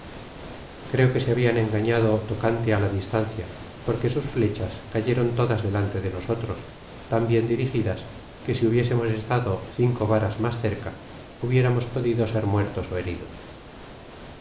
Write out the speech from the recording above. creo que se habian engañado tocante á la distan cia porque sus flechas cayeron todas delante de nosotros tan bien dirigidas que si hubiésemos estado cinco varas mas cerca hubiéramos podido ser muertos ó heridos